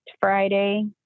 Friday